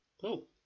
cool